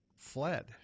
fled